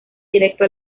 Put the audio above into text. directo